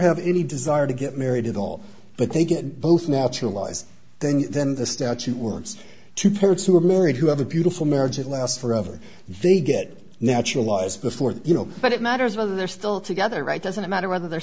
have any desire to get married at all but they get both naturalized thing then the statute worms two parents who are married who have a beautiful marriage it lasts forever they get naturalized before you know but it matters whether they're still together right doesn't matter whether they're